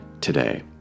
today